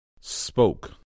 spoke